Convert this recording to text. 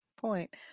point